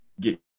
get